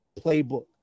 playbook